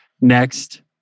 next